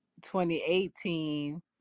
2018